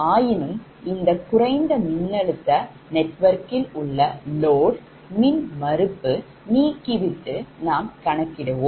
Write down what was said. ஆயினும் இந்த குறைந்த மின்னழுத்த நெட்வொர்க்கில் உள்ள load மின்மறுப்பை நீக்கிவிட்டு நாம் கணக்கிடுவோம்